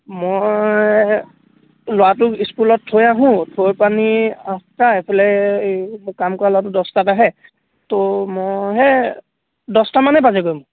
মই ল'ৰাটোক স্কুলত থৈ আহোঁ থৈ পানি আঠটা এইফালে এই কাম কৰা ল'ৰাটো দছটাত আহে ত' মইহে দছটা মানে বাজেগৈ মোৰ